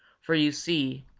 for, you see,